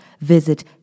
visit